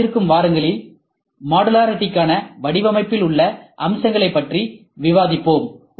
வரவிருக்கும் வாரங்களில் மாடுலாரிடிகான வடிவமைப்பில் உள்ள அம்சங்களைப் பற்றி விவாதிப்போம்